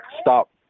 stop